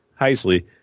Heisley